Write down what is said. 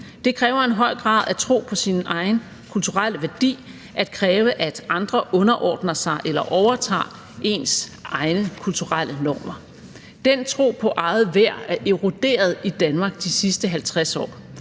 Det kræver en høj grad af tro på sin egen kulturelle værdi at kræve, at andre underordner sig eller overtager ens egne kulturelle normer. Den tro på eget værd er eroderet i Danmark de sidste 50 år.